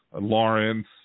Lawrence